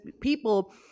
people